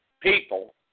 people